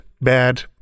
bad